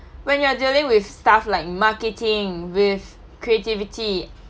when you're dealing with stuff like marketing with creativity